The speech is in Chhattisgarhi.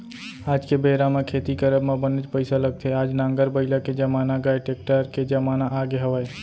आज के बेरा म खेती करब म बनेच पइसा लगथे आज नांगर बइला के जमाना गय टेक्टर के जमाना आगे हवय